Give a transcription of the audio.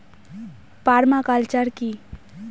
Parma culture কি?